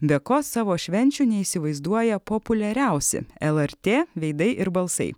be ko savo švenčių neįsivaizduoja populiariausi lrt veidai ir balsai